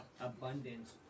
abundance